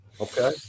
Okay